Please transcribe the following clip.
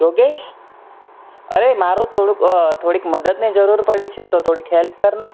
યોગેશ અરે મારે થોડીક મદદની જરૂર પડી છે તો થોડીક હેલ્પ કર ને